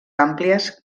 àmplies